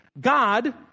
God